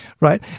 Right